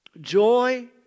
Joy